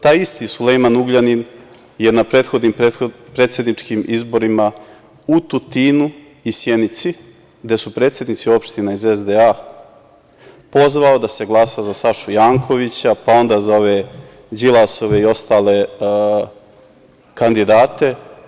Taj isti Sulejman Ugljanin je na prethodnim predsedničkim izborima u Tutinu i Sjenici, gde su predsednici opština iz SDA, pozvao da se glasa za Sašu Jankovića, pa onda za ove Đilasove i ostale kandidate.